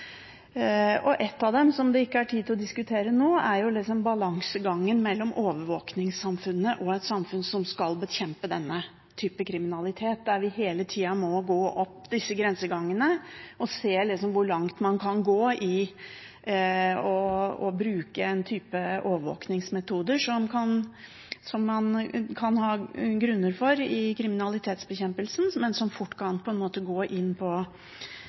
av dem, som det ikke er tid til å diskutere nå, er balansegangen mellom overvåkingssamfunnet og et samfunn som skal bekjempe denne typen kriminalitet, der vi hele tida må gå opp disse grensegangene og se hvor langt man kan gå i å bruke overvåkingsmetoder som man kan ha grunner for i kriminalitetsbekjempelsen, men som fort kan gå over til å mistenkeliggjøre og krenke privatlivet til folk på en måte